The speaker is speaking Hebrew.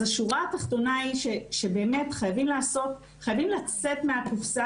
אז השורה התחתונה היא שבאמת חייבים לצאת מהקופסה